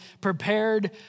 prepared